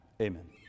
Amen